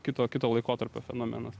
kito kito laikotarpio fenomenas